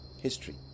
history